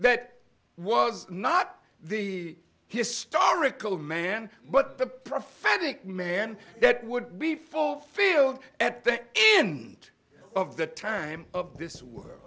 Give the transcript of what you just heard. that was not the historical man but the prophetic man that would be fulfilled at the end of the time of this world